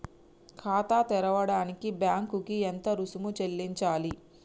ఖాతా తెరవడానికి బ్యాంక్ కి ఎంత రుసుము చెల్లించాలి?